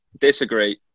Disagree